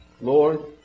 Lord